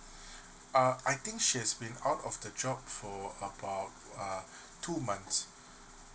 uh I think she's been out of the job for about err two months